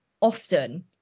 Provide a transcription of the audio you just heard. often